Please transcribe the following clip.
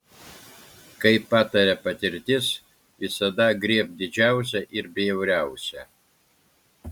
kaip pataria patirtis visada griebk didžiausią ir bjauriausią